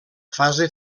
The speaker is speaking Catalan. fase